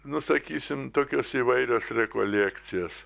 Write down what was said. nu sakysime tokios įvairios rekolekcijos